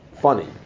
Funny